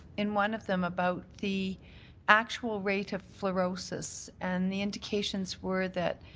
in one of them about the actual rate of fluorocies and the indications were that